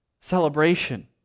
celebration